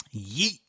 Yeet